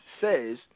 says